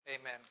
Amen